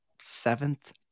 seventh